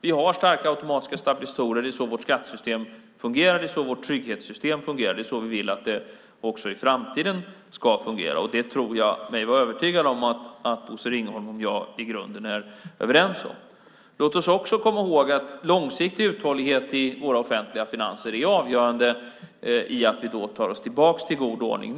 Vi har starka automatiska stabilisatorer. Det är så vårt skattesystem fungerar. Det är så vårt trygghetssystem fungerar. Det är så vi vill att det ska fungera också i framtiden, och jag tror mig vara övertygad om att Bosse Ringholm och jag i grunden är överens om det. Låt oss också komma ihåg att långsiktig uthållighet i våra offentliga finanser är avgörande för att vi nu tar oss tillbaka till god ordning.